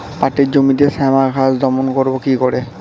পাটের জমিতে শ্যামা ঘাস দমন করবো কি করে?